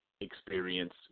experience